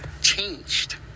changed